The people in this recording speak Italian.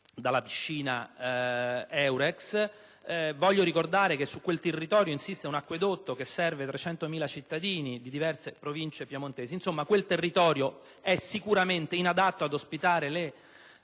dalla piscina della Eurex. Voglio ricordare che su quel territorio insiste un acquedotto che serve 300.000 cittadini di diverse province piemontesi. Insomma, quel territorio è sicuramente inadatto ad ospitare le